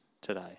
today